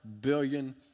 billion